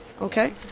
Okay